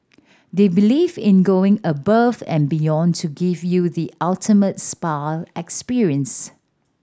they believe in going above and beyond to give you the ultimate spa experience